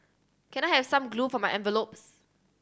can I have some glue for my envelopes